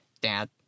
Dad